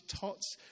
tots